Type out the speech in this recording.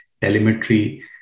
telemetry